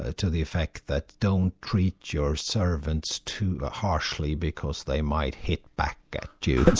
ah to the effect that don't treat your servants too harshly because they might hit back at you.